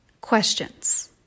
Questions